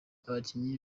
abakinnyi